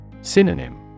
Synonym